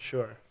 Sure